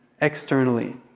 externally